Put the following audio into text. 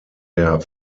der